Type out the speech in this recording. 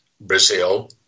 Brazil